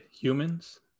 humans